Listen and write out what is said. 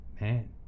Man